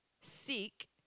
seek